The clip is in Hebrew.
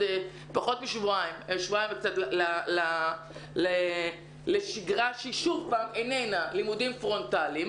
שבועיים וקצת לשגרה שהיא שוב פעם איננה לימודים פרונטליים